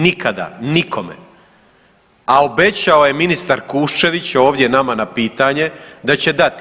Nikada nikome, a obećao je ministar Kuščević ovdje nama na pitanje da će dati.